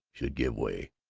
should give way.